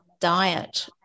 diet